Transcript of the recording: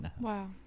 Wow